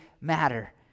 matter